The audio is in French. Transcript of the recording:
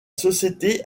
société